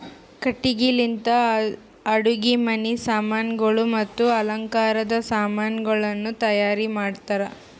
ಕಟ್ಟಿಗಿ ಲಿಂತ್ ಅಡುಗಿ ಮನಿ ಸಾಮಾನಗೊಳ್ ಮತ್ತ ಅಲಂಕಾರದ್ ಸಾಮಾನಗೊಳನು ತೈಯಾರ್ ಮಾಡ್ತಾರ್